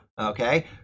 Okay